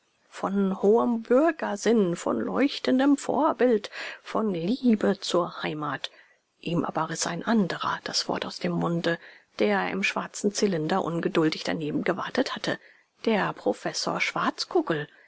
von hohem bürgersinn von leuchtendem vorbild von liebe zur heimat ihm aber riß ein anderer das wort aus dem munde der im schwarzen zylinder ungeduldig daneben gewartet hatte der professor